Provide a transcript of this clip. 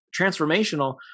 transformational